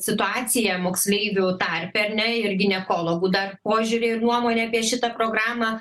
situaciją moksleivių tarpe ar ne ir ginekologų dar požiūrį ir nuomonę apie šitą programą